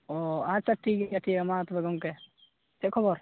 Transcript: ᱚᱸᱻ ᱟᱪᱷᱟ ᱴᱷᱤᱠ ᱜᱮᱭᱟ ᱴᱷᱤᱠ ᱜᱮᱭᱟ ᱢᱟ ᱛᱚᱵᱮ ᱜᱚᱢᱠᱮ ᱪᱮᱫ ᱠᱷᱚᱵᱚᱨ